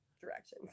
directions